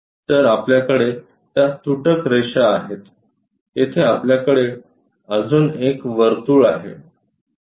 तर आपल्याकडे त्या तुटक रेषा आहेत येथे आपल्याकडे अजून एक वर्तुळ आहे